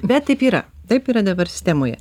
bet taip yra taip yra dabar sistemoje